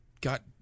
got